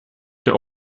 der